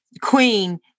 queen